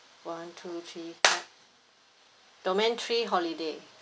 one two three clap domain three holiday